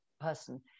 person